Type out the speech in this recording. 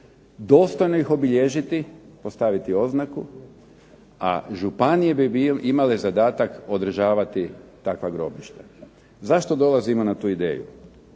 dostojno ih obilježiti, postaviti oznaku, a županije bi imale zadatak održavati takva grobišta. Zašto dolazimo na tu ideju?